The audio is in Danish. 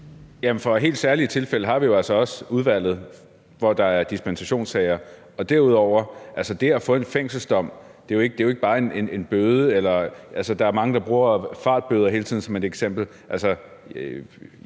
til helt særlige tilfælde har vi jo også udvalget, hvor der er dispensationssager. Altså, det at få en fængselsdom, er jo ikke bare en bøde – der er mange, der bruger fartbøder som eksempel.